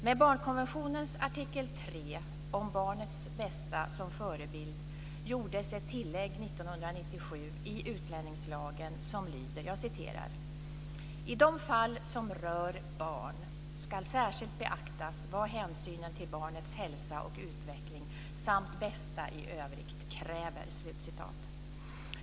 Med barnkonventionens artikel 3 om barnets bästa som förebild gjordes ett tillägg 1997 i utlänningslagen som lyder: "I fall som rör ett barn skall särskilt beaktas vad hänsynen till barnets hälsa och utveckling samt barnets bästa i övrigt kräver."